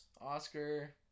Oscar